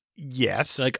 Yes